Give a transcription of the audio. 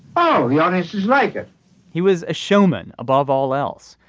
oh you don't like it he was a showman above all else.